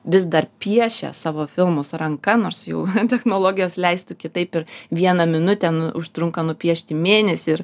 vis dar piešia savo filmus ranka nors jau technologijos leistų kitaip ir viena minutė nu užtrunka nupiešti mėnesį ir